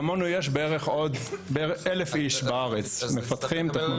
כמונו יש בערך עוד 1,000 איש בארץ שהם מפתחים טכנולוגים.